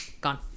gone